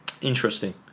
interesting